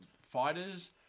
fighters